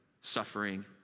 suffering